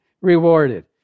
rewarded